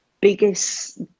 biggest